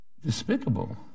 Despicable